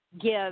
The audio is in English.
give